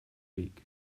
week